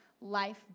life